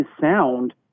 sound